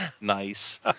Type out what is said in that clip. Nice